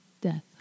death